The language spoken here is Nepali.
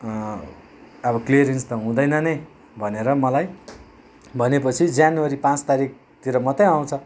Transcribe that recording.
अब क्लियरेन्स त हुँदैन नै भनेर मलाई भनेपछि जनवरी पाँच तारिकतिर मात्रै आउँछ